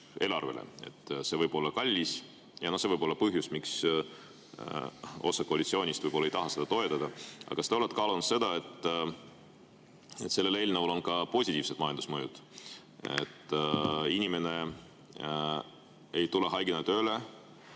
see võib olla kallis, ja see võib olla põhjus, miks osa koalitsioonist ei taha seda toetada. Aga kas te olete kaalunud seda, et sellel eelnõul on ka positiivsed majandusmõjud? Inimene ei tule haigena tööle,